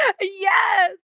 Yes